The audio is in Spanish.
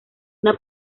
una